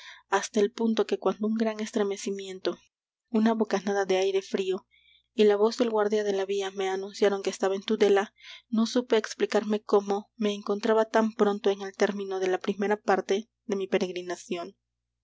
hasta el punto que cuando un gran estremecimiento una bocanada de aire frío y la voz del guarda de la vía me anunciaron que estaba en tudela no supe explicarme cómo me encontraba tan pronto en el término de la primera parte de mi peregrinación